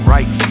Right